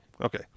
Okay